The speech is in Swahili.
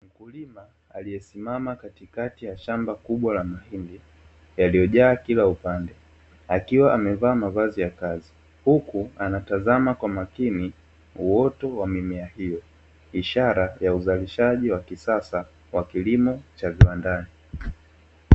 Mkulima aliyesimama katikati ya shamba kubwa la mahindi, yaliyojaa kila upande, akiwa amevaa mavazi ya kazi, huku anatazama kwa makini uoto wa mimea hiyo. Ishara ya uzalishaji wa kisasa wa kilimo cha viwandani.